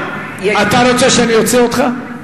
אתה רוצה שאני אוציא אותך?